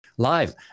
Live